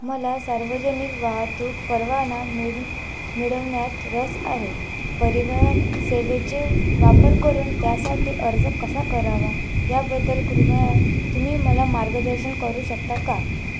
मला सार्वजनिक वाहतूक परवाना मिड मिळवण्यात रस आहे परिवहन सेवेचे वापर करून त्यासाठी अर्ज कसा करावा याबद्दल कृपया तुम्ही मला मार्गदर्शन करू शकता का